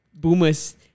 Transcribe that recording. Boomers